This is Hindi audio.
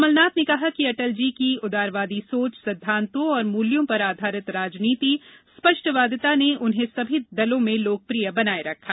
कमल नाथ ने कहा कि अटल जी की उदारवादी सोच सिद्दान्तों व मूल्यों पर आधारित राजनीति स्पष्टवादिता ने उन्हें सभी दलों में लोकप्रिय बनाए रखा